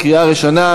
קריאה ראשונה.